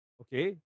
okay